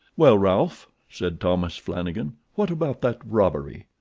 well, ralph, said thomas flanagan, what about that robbery?